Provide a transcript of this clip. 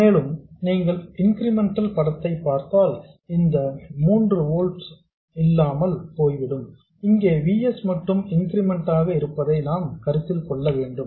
மேலும் நீங்கள் இன்கிரிமெண்டல் படத்தை பார்த்தால் இந்த 3 ஓல்ட்ஸ் இல்லாமல் போய்விடும் இங்கு V s மட்டுமே இன்கிரிமெண்ட் ஆக இருப்பதை நாம் கருத்தில் கொள்ள வேண்டும்